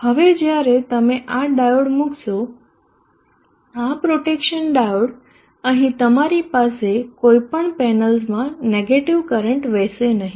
હવે જ્યારે તમે આ ડાયોડ મૂકશો આ પ્રોટેક્શન ડાયોડ અહીં તમારી પાસે કોઈપણ પેનલ્સમાં નેગેટીવ કરંટ વહેશે નહીં